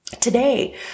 today